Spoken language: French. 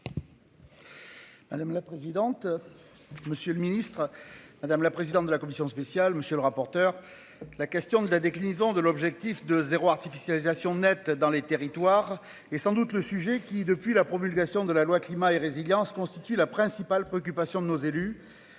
Madame la présidente. Monsieur le ministre. Madame la présidente de la commission spéciale. Monsieur le rapporteur. La question de la déclinaison de l'objectif de zéro artificialisation nette dans les territoires et sans doute le sujet qui depuis la promulgation de la loi climat et résilience constitue la principale préoccupation de nos élus,